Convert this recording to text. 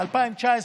2019,